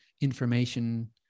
information